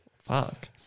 Fuck